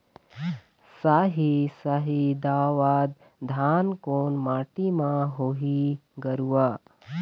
साही शाही दावत धान कोन माटी म होही गरवा?